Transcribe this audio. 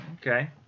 Okay